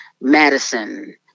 Madison